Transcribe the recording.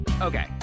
Okay